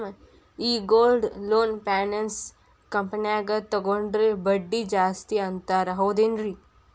ಈ gold loan finance ಕಂಪನ್ಯಾಗ ತಗೊಂಡ್ರೆ ಬಡ್ಡಿ ಜಾಸ್ತಿ ಅಂತಾರ ಹೌದೇನ್ರಿ?